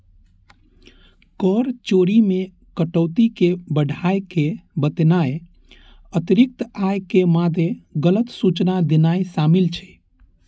कर चोरी मे कटौती कें बढ़ाय के बतेनाय, अतिरिक्त आय के मादे गलत सूचना देनाय शामिल छै